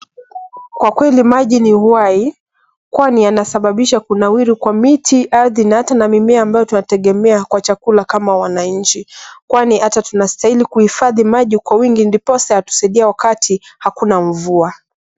Kwa kweli maji ni uhai, kwani yanasababisha kunawiri kwa miti ardhi, na hata mimea ambayo tunategemea kwa chakula kama wananchi, kwani hata tunastahili kuhifadhi maji kwa wingi ndiposa tusije wakati hakuna mvua.